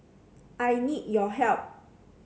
I need your help